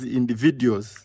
individuals